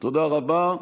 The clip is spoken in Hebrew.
תודה רבה.